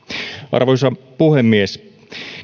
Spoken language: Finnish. arvoisa puhemies